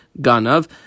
Ganav